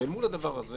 ואל מול הדבר הזה